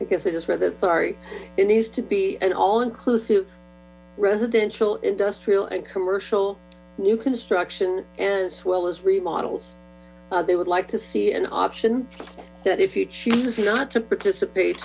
because i just read that sorry it needs to be an all inclusive residential industrial and commercial new construction as well as remodels they would like to see an option that if you choose not to participate